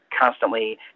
constantly